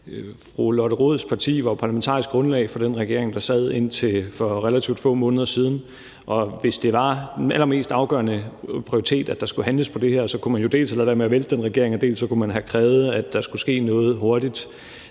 Fru Lotte Rods parti var parlamentarisk grundlag for den regering, der sad indtil for relativt få måneder siden, og hvis det var den allermest afgørende prioritet, at der skulle handles på det her, så kunne man jo dels have ladet være med at vælte den regering, dels kunne man have krævet, at der skulle ske noget hurtigt.